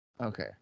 Okay